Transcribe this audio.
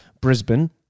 Brisbane